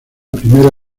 primera